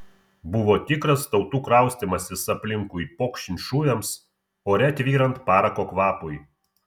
buvo tikras tautų kraustymasis aplinkui pokšint šūviams ore tvyrant parako kvapui